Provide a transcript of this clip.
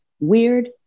weird